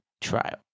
trial